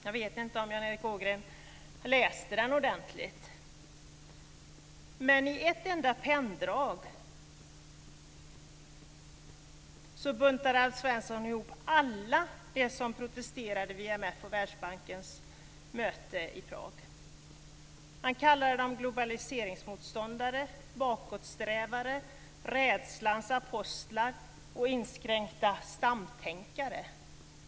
Jag vet inte om Jan Erik Ågren läste den ordentligt. I ett penndrag buntar Alf Svensson ihop alla dem som protesterade vid IMF:s och Världsbankens möte i Prag. Han kallade dem globaliseringsmotståndare, bakåtsträvare, rädslans apostlar och inskränkta stamtänkare.